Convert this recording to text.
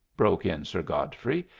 broke in sir godfrey,